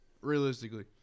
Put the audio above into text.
Realistically